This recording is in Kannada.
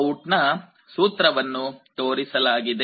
VOUT ನ ಸೂತ್ರವನ್ನು ತೋರಿಸಲಾಗಿದೆ